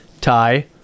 tie